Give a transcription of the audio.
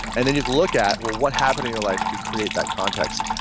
and then just look at, well, what happened in your life to create that context?